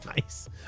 nice